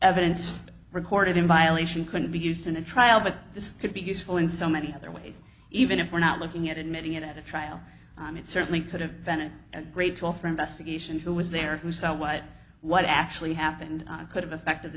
evidence recorded in violation can be used in a trial but this could be useful in so many other ways even if we're not looking at admitting it at a trial it certainly could have been a great tool for investigation who was there who saw what what actually happened could have affected the